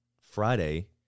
Friday